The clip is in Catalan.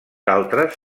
altres